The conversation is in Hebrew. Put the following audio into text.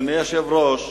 אדוני היושב-ראש,